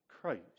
Christ